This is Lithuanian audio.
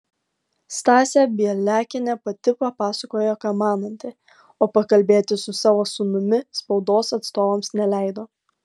stasė bieliakienė pati papasakojo ką mananti o pakalbėti su savo sūnumi spaudos atstovams neleido